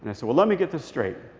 i said, well, let me get this straight.